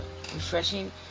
refreshing